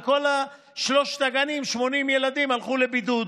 וכל שלושת הגנים, 80 ילדים, הלכו לבידוד.